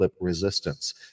resistance